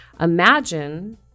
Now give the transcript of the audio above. Imagine